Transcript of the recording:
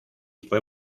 fue